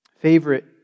favorite